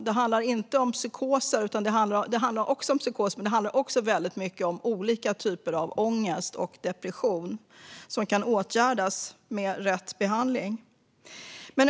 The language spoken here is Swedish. Det handlar inte bara om psykoser utan också väldigt mycket om olika typer av ångest och depression som kan åtgärdas med rätt behandling.